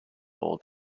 all